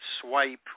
swipe